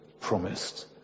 promised